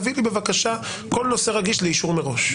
תביא לי בבקשה כל נושא רגיש לאישור מראש,